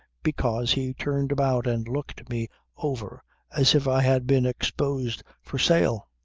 because he turned about and looked me over as if i had been exposed for sale.